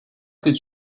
did